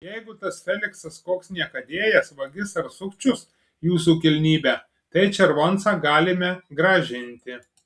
jeigu tas feliksas koks niekadėjas vagis ar sukčius jūsų kilnybe tai červoncą galime grąžinti